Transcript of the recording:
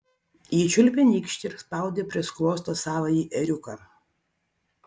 ji čiulpė nykštį ir spaudė prie skruosto savąjį ėriuką